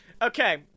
Okay